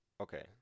Okay